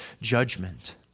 judgment